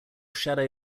shadow